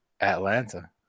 Atlanta